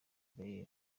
gaël